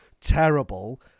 terrible